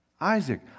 Isaac